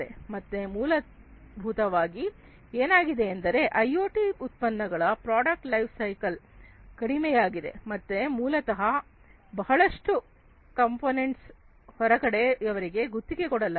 ಮತ್ತೆ ಮೂಲಭೂತವಾಗಿ ಏನಾಗಿದೆ ಎಂದರೆ ಐಓಟಿ ಉತ್ಪನ್ನಗಳ ಪ್ರಾಡಕ್ಟ್ ಲೈಫ್ ಸೈಕಲ್ ಕಡಿಮೆಯಾಗಿದೆ ಮತ್ತು ಮೂಲತಃ ಬಹಳಷ್ಟು ಕಾಮೆಂಟ್ಗಳನ್ನು ಹೊರಗಡೆ ಯವರಿಗೆ ಗುತ್ತಿಗೆ ಕೊಡಲಾಗಿದೆ